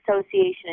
Association